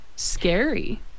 Scary